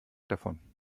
davon